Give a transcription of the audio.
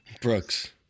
Brooks